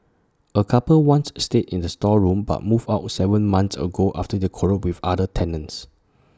A couple once stayed in the storeroom but moved out Seven months ago after they quarrelled with other tenants